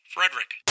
Frederick